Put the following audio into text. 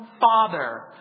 father